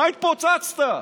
מה התפוצצת?